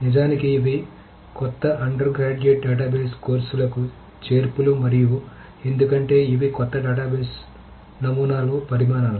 నిజానికి ఇవి కొత్త అండర్ గ్రాడ్యుయేట్ డేటాబేస్ కోర్సులకు చేర్పులు మరియు ఎందుకంటే ఇవి కొత్త డేటాబేస్ నమూనాలో పరిణామాలు